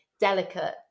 delicate